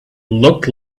looked